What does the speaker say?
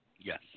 Yes